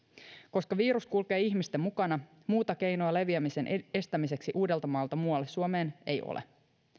koska virus kulkee ihmisten mukana muuta keinoa leviämisen estämiseksi uudeltamaalta muualle suomeen ei ole